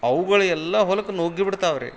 ಅವುಗಳು ಎಲ್ಲ ಹೊಲಕ್ಕೆ ನುಗ್ಗಿ ಬಿಡ್ತಾವೆ ರೀ